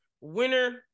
Winner